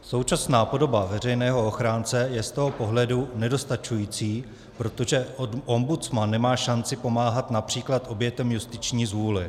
Současná podoba veřejného ochránce je z toho pohledu nedostačující, protože ombudsman nemá šanci pomáhat například obětem justiční zvůle.